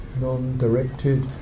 non-directed